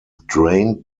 drained